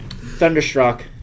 Thunderstruck